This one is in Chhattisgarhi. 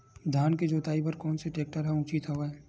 धान के जोताई बर कोन से टेक्टर ह उचित हवय?